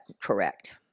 Correct